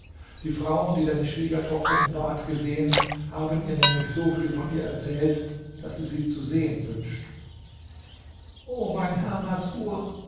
die frauen die deine schwiegertochter im bad gesehen haben ihr nämlich so viel von ihr erzählt daß sie sie zu sehen wünscht o mein herr masrur